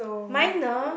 minor